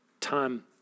time